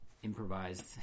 Improvised